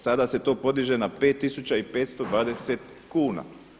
Sada se to podiže na 5520 kuna.